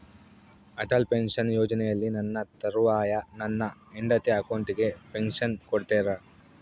Atal pension ಯೋಜನೆಯಲ್ಲಿ ನನ್ನ ತರುವಾಯ ನನ್ನ ಹೆಂಡತಿ ಅಕೌಂಟಿಗೆ ಪೆನ್ಶನ್ ಕೊಡ್ತೇರಾ?